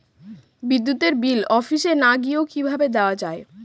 বিদ্যুতের বিল অফিসে না গিয়েও কিভাবে দেওয়া য়ায়?